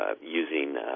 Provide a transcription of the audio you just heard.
using